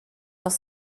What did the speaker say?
nos